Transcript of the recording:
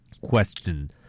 Question